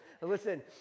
Listen